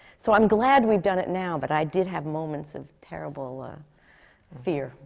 so i'm glad we've done it now, but i did have moments of terrible ah fear,